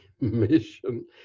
mission